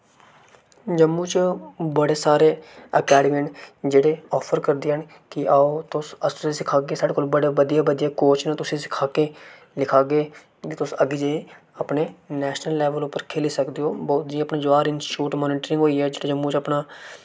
जम्मू च बड़े सारे अकैडमी न जेह्ड़े आफर करदियां न कि आओ तुस अस सिखागे साढ़े कोल बड़े बधिया बधिया कोच न तुसें सिखागे लिखागे कि तुस अग्गे जाइयै अपने नेशनल लेवल उप्पर खेली सकदे ओ बो जि'यां पंजा रेंज शूट मोनेटरीम चिट्टा होई गेआ जम्मू च अपना